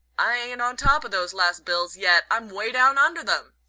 i ain't on top of those last bills yet i'm way down under them,